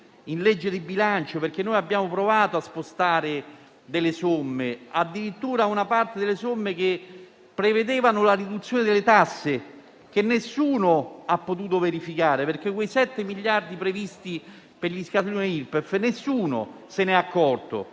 in legge di bilancio, perché noi abbiamo provato a spostare delle somme, addirittura parte delle somme che prevedevano la riduzione delle tasse, che nessuno ha potuto verificare, perché di quegli otto miliardi previsti per gli scaglioni Irpef nessuno si è accorto.